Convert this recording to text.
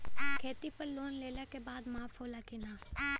खेती पर लोन लेला के बाद माफ़ होला की ना?